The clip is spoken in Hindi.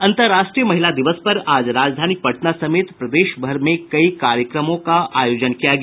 अंतर्राष्ट्रीय महिला दिवस पर आज राजधानी पटना समेत प्रदेश भर में कई कार्यक्रमों का आयोजन किया गया